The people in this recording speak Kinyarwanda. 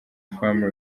family